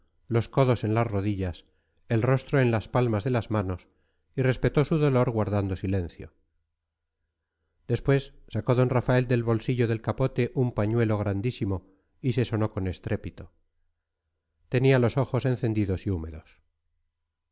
los codos en las rodillas el rostro en las palmas de las manos y respetó su dolor guardando silencio después sacó d rafael del bolsillo del capote un pañuelo grandísimo y se sonó con estrépito tenía los ojos encendidos y húmedos